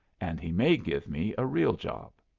and he may give me a real job!